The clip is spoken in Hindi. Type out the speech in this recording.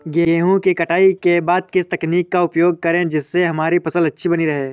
गेहूँ की कटाई के बाद किस तकनीक का उपयोग करें जिससे हमारी फसल अच्छी बनी रहे?